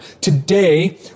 Today